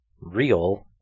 real